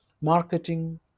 marketing